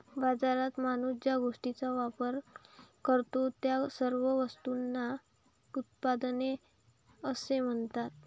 बाजारात माणूस ज्या गोष्टींचा वापर करतो, त्या सर्व वस्तूंना उत्पादने असे म्हणतात